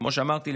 וכמו שאמרתי,